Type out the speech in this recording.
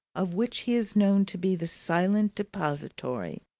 of which he is known to be the silent depository.